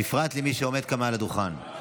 בפרט למי שעומד כאן על הדוכן.